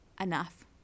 enough